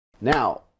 Now